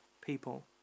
people